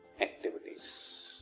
activities